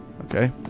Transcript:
Okay